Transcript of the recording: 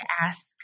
ask